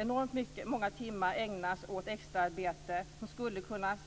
Enormt många timmar ägnas åt extra arbete som skulle kunna